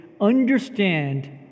understand